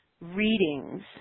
readings